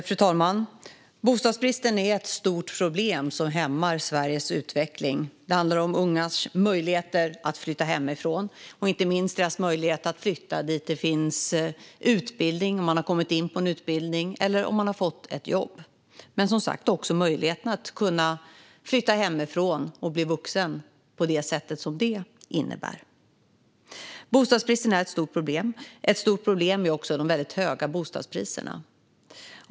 Fru talman! Bostadsbristen är ett stort problem som hämmar Sveriges utveckling. Det handlar om ungas möjligheter att flytta hemifrån, inte minst deras möjligheter att flytta dit där det finns utbildning, om de har kommit in på en utbildning, eller dit där de har fått jobb. Det handlar också om möjligheten att flytta hemifrån och bli vuxen på det sätt som en egen bostad innebär. Bostadsbristen är ett stort problem. Ett stort problem är också de höga bostadspriserna.